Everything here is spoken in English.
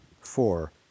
Four